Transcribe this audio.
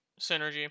synergy